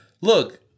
look